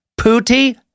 Pootie